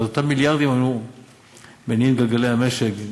ואז אותם מיליארדים היו מניעים את גלגלי המשק.